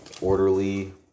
orderly